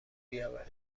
بیاورید